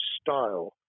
style